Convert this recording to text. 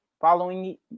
following